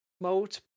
mode